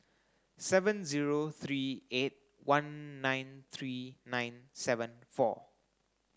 seven zero three eight one nine three nine seven four